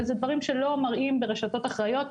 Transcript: ואלה דברים שלא מראים ברשתות אחראיות.